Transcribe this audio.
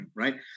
right